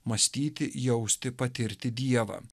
mąstyti jausti patirti dievą